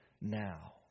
now